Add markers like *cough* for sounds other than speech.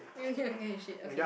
*laughs* okay shit okay